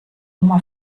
oma